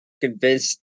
convinced